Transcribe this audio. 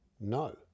No